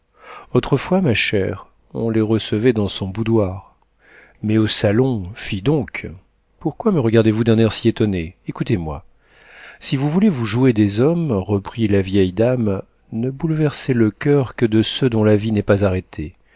autrefois ma chère on les recevait dans son boudoir mais au salon fi donc pourquoi me regardez-vous d'un air si étonné écoutez-moi si vous voulez vous jouer des hommes reprit la vieille dame ne bouleversez le coeur que de ceux dont la vie n'est pas arrêtée